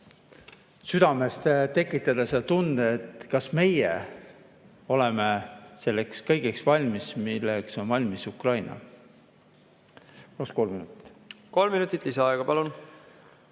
südames tekitada [küsimuse], kas meie oleme selleks valmis, milleks on valmis Ukraina. Paluks kolm minutit. Kolm minutit lisaaega, palun!